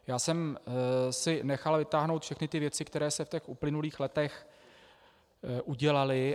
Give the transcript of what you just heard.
Já jsem si nechal vytáhnout všechny ty věci, které se v uplynulých letech udělaly.